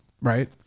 right